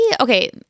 okay